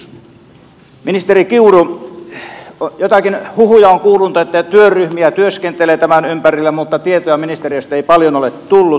ministeri kiuru jotain huhuja on kuulunut että työryhmiä työskentelee tämän ympärillä mutta tietoja ministeriöstä ei paljon ole tullut